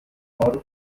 por